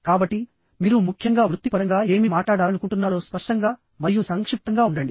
కాబట్టిమీరు ముఖ్యంగా వృత్తిపరంగా ఏమి మాట్లాడాలనుకుంటున్నారో స్పష్టంగా మరియు సంక్షిప్తంగా ఉండండి